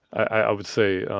i would say,